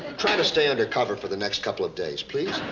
try to stay undercover for the next couple of days, please.